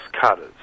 cutters